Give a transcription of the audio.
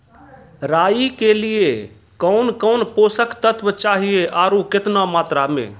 राई के लिए कौन कौन पोसक तत्व चाहिए आरु केतना मात्रा मे?